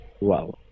Wow